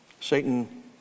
Satan